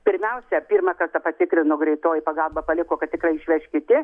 pirmiausia pirmą kartą patikrino greitoji pagalba paliko kad tikrai išveš kiti